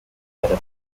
better